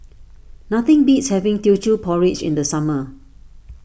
nothing beats having Teochew Porridge in the summer